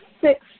six